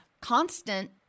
constant